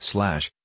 Slash